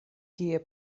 kie